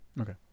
Okay